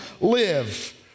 live